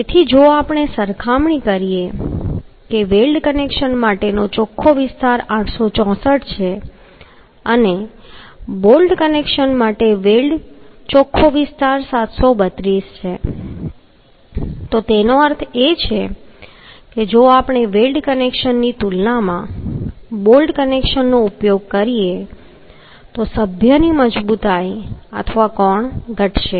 તેથી જો આપણે સરખામણી કરીએ કે વેલ્ડ કનેક્શન માટે ચોખ્ખો વિસ્તાર 864 છે અને બોલ્ટ કનેક્શન માટે વેલ્ડ ચોખ્ખો વિસ્તાર 732 છે તો તેનો અર્થ એ છે કે જો આપણે વેલ્ડ કનેક્શનની તુલનામાં બોલ્ટ કનેક્શનનો ઉપયોગ કરીએ તો સભ્યની મજબૂતાઈ અથવા કોણ ઘટશે